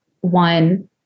one